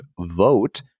vote